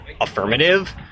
affirmative